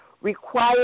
required